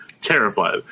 terrified